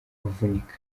avunika